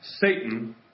Satan